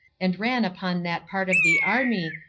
and ran upon that part of the army,